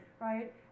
right